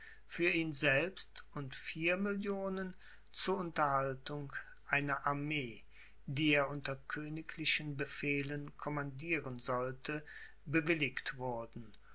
für ihn selbst und vier millionen zu unterhaltung einer armee die er unter königlichen befehlen commandieren sollte bewilligt wurden